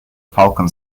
falcon